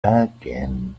again